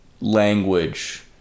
language